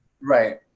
right